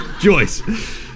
Joyce